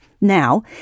Now